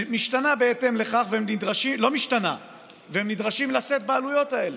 בהתאם לכך, והם נדרשים לשאת בעלויות האלה.